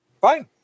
Fine